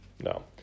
No